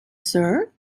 sir